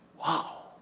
wow